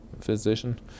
physician